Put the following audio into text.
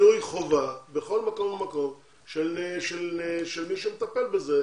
מינוי חובה בכל מקום ומקום של מי שמטפל בזה,